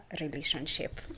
relationship